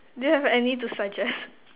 do you have any to suggest